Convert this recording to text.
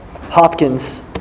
Hopkins